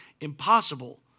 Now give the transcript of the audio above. impossible